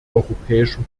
europäischem